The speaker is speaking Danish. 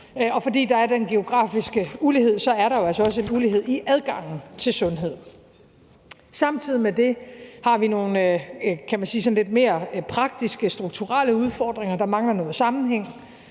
og fordi der er den geografiske ulighed, er der jo altså også en ulighed i adgangen til sundhed. Samtidig med det har vi nogle lidt mere praktiske, strukturelle udfordringer. Der mangler noget sammenhæng